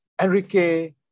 Enrique